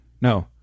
No